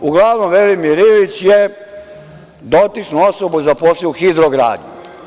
Uglavnom, Velimir Ilić je dotičnu osobu zaposlio u „Hidrogradnji“